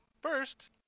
first